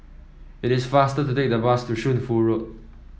it is faster to take the bus to Shunfu Road